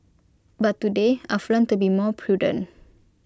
but today I've learnt to be more prudent